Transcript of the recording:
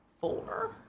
Four